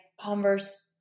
Converse